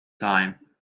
time